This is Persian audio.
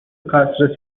قصر